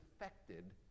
affected